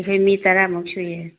ꯑꯩꯈꯣꯏ ꯃꯤ ꯇꯔꯥꯃꯨꯛ ꯁꯨꯏꯌꯦ